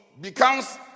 becomes